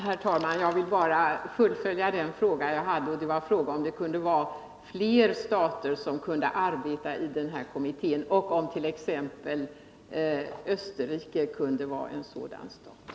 Herr talman! Jag vill bara fullfölja den fråga som jag ställde, om fler stater kunde arbeta i den här kommittén och om t.ex. Österrike kunde vara en sådan stat.